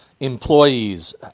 employees